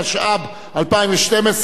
התשע"ב 2012,